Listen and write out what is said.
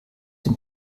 dem